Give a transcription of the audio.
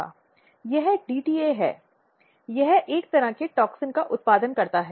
यह DTA यह एक तरह के टोक्सिन का उत्पादन करता है